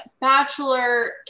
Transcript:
Bachelor